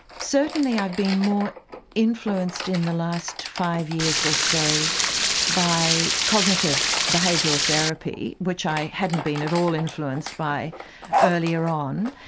certainly i've been more influenced in the last five years or so by cognitive behavioural therapy which i hadn't been at all influenced by earlier on,